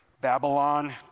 Babylon